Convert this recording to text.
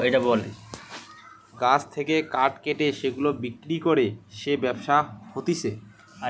গাছ থেকে কাঠ কেটে সেগুলা বিক্রি করে যে ব্যবসা হতিছে